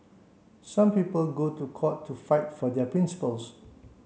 some people go to court to fight for their principles